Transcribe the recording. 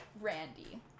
Randy